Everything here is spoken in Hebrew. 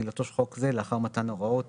"תחילתו של חוק זה לאחר מתן הוראות